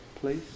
please